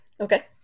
Okay